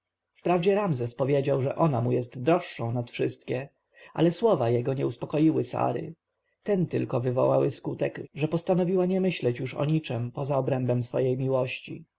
gromu wprawdzie ramzes powiedział że ona mu jest droższą nad wszystkie ale słowa jego nie uspokoiły sary ten tylko wywarły skutek że postanowiła nie myśleć już o niczem poza obrębem swojej miłości